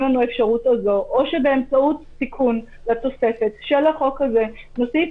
לנו האפשרות הזאת או באמצעות תיקון לתוספת של החוק הזה נוסיף